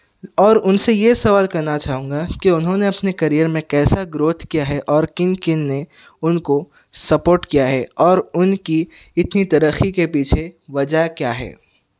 اور ان سے یہ سوال کرنا چاہوں گا کہ انہوں نے اپنے کریئر میں کیسا گروتھ کیا ہے اور کن کن نے ان کو سپورٹ کیا ہے اور ان کی اتنی ترقی کے پیچھے وجہ کیا ہے